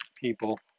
people